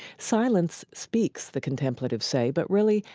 silence speaks, the contemplatives say. but really,